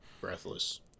Breathless